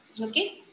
Okay